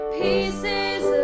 pieces